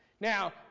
Now